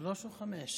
שלוש או חמש?